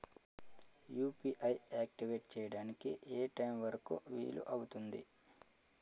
UPI activate చెయ్యడానికి ఏ time వరుకు వీలు అవుతుంది?